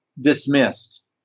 dismissed